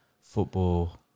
football